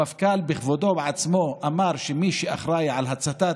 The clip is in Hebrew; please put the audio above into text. המפכ"ל בכבודו ובעצמו אמר שהוא מי שאחראי להצתה,